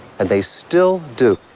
and they still do.